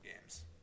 games